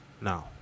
Now